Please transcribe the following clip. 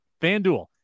FanDuel